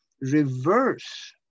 reverse